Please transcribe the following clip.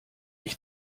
ich